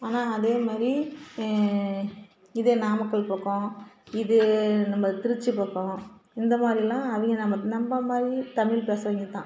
ஆனால் அதே மாதிரி இதே நாமக்கல் பக்கம் இது நம்ம திருச்சி பக்கம் இந்த மாதிரிலாம் அவிகள் நம்ம நம்ப மாதிரி தமிழ் பேசறவைங்க தான்